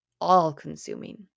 all-consuming